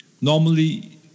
normally